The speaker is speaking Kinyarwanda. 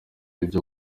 ibyo